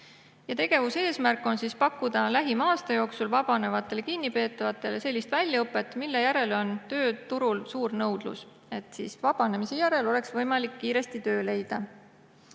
Tegevuse eesmärk on pakkuda lähima aasta jooksul vabanevatele kinnipeetavatele sellist väljaõpet, mille järele on tööturul suur nõudlus, et neil oleks vabanemise järel võimalik kiiresti töö leida.